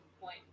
point